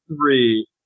three